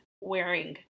wearing